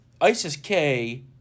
ISIS-K